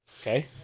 Okay